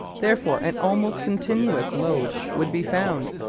therefore an almost continuous lode would be found.